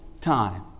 time